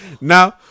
Now